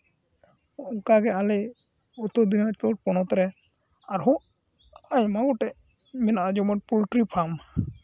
ᱚᱱᱠᱟᱜᱮ ᱟᱞᱮ ᱩᱛᱛᱚᱨ ᱫᱤᱱᱟᱡᱽᱯᱩᱨ ᱯᱚᱱᱚᱛ ᱨᱮ ᱟᱨᱦᱚᱸ ᱟᱭᱢᱟ ᱜᱚᱴᱮᱡ ᱢᱮᱱᱟᱜᱼᱟ ᱡᱮᱢᱚᱱ ᱯᱳᱞᱴᱨᱤ ᱯᱷᱟᱨᱢ